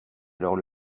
alors